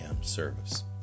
service